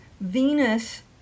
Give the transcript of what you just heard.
Venus